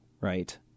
right